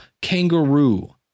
kangaroo